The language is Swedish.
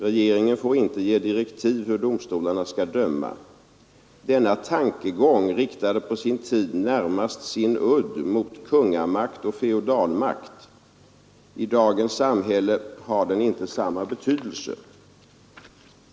Regeringen får inte ge direktiv hur domstolarna skall döma. Denna tankegång riktade på sin tid närmast sin udd mot kungamakt och feodalmakt. I dagens samhälle har den inte samma betydelse.